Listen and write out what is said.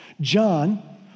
John